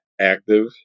active